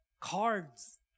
cards